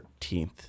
13th